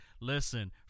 listen